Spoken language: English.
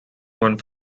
one